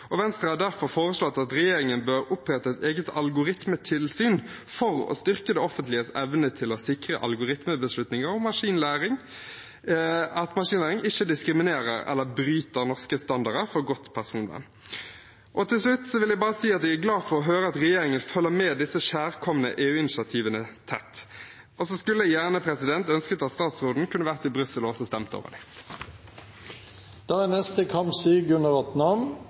Venstre har derfor foreslått at regjeringen bør opprette et eget algoritmetilsyn for å styrke det offentliges evne til å sikre algoritmebeslutninger og at maskinlæring ikke diskriminerer eller bryter norske standarder for godt personvern. Til slutt vil jeg bare si at jeg er glad for å høre at regjeringen følger disse kjærkomne EU-initiativene tett. Jeg skulle gjerne ønske at statsråden også kunne vært i Brussel og stemt over